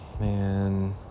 Man